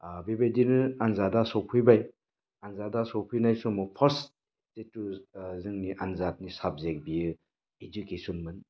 बेबायदिनो आनजादा सफैबाय आनजादा सफैनाय समाव फार्स्ट जिथु जोंनि आनजादनि साबजेक्ट बेयो इडुकेसनमोन